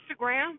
Instagram